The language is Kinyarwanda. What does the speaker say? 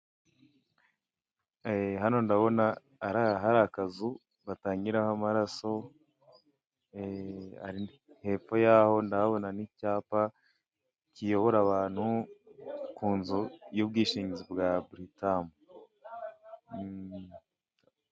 Hano ndabona hari akazu batangiramo amaraso, hepfo yaho ndahabona n'icyapa kiyobora abantu ku nzu y'ubwishingizi bwa buritamu.